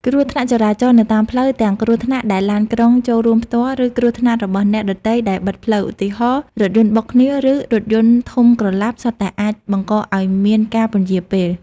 គ្រោះថ្នាក់ចរាចរណ៍នៅតាមផ្លូវ ទាំងគ្រោះថ្នាក់ដែលឡានក្រុងចូលរួមផ្ទាល់ ឬគ្រោះថ្នាក់របស់អ្នកដទៃដែលបិទផ្លូវ ឧទាហរណ៍ រថយន្តបុកគ្នា ឬរថយន្តធំក្រឡាប់ សុទ្ធតែអាចបង្កឱ្យមានការពន្យារពេល។